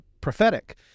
prophetic